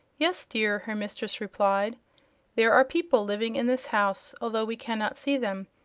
yes, dear, her mistress replied there are people living in this house, although we cannot see them.